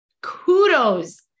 kudos